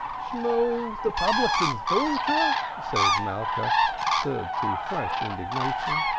shmool the publican's daughter, said malka, stirred to fresh indignation,